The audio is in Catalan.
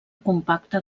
compacte